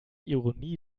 ironie